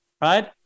right